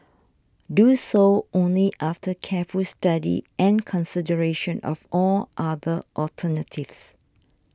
do so only after careful study and consideration of all other alternatives